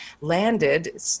landed